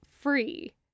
free